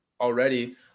already